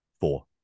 four